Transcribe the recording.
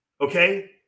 Okay